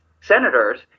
senators